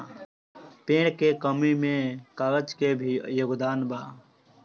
पेड़ के कमी में कागज के भी योगदान बा